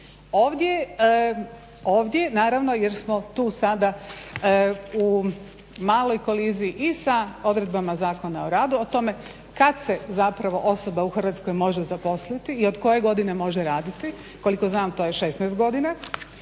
Ovdje naravno, jer smo tu sada u maloj koliziji i sa odredbama Zakona o radu, o tome kad se zapravo osoba u Hrvatskoj može zaposliti i od koje godine može raditi. Koliko znam to je 16 godina.